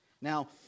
Now